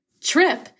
Trip